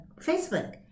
Facebook